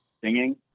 singing